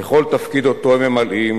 בכל תפקיד שהם ממלאים